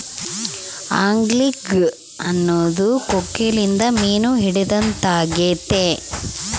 angling ಅನ್ನೊದು ಕೊಕ್ಕೆಲಿಂದ ಮೀನು ಹಿಡಿದಾಗೆತೆ